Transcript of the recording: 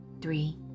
three